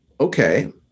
okay